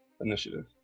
initiative